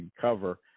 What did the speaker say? cover